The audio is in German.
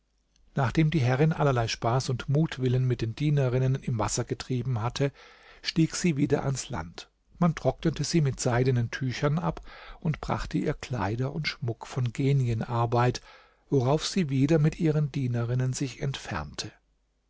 nachdem die herrin allerlei spaß und mutwillen mit den dienerinnen im wasser getrieben hatte stieg sie wieder ans land man trocknete sie mit seidenen tüchern ab und brachte ihr kleider und schmuck von genienarbeit worauf sie wieder mit ihren dienerinnen sich entfernte